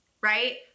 right